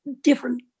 different